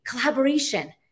collaboration